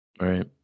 Right